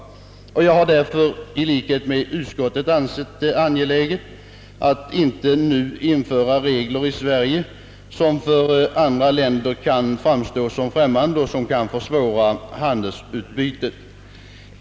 Jag har därför i likhet med utskottsmajoriteten ansett det angeläget att inte nu i Sverige införa regler, som för andra länder framstår såsom främmande och som kan försvåra handelsutbytet.